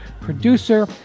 producer